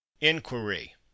Inquiry